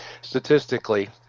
statistically